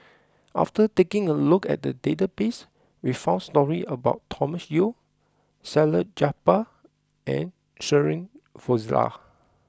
after taking a look at the database we found stories about Thomas Yeo Salleh Japar and Shirin Fozdar